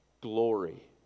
glory